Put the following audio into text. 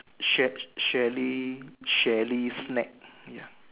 Sha~ shally shally snack ya